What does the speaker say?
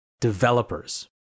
developers